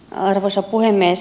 arvoisa puhemies